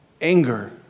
anger